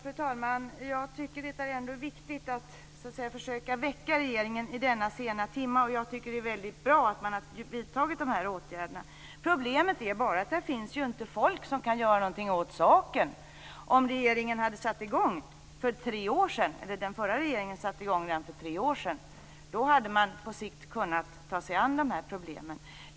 Fru talman! Jag tycker ändå att det är viktigt att så att säga försöka väcka regeringen vid denna sena timma, och jag tycker att det är väldigt bra att man har vidtagit de här åtgärderna. Problemet är bara att det ju inte finns folk som kan göra någonting åt saken. Om regeringen - den förra regeringen - hade satt i gång för tre år sedan hade man på sikt kunnat ta sig an de här problemen.